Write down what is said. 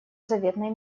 заветной